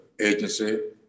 agency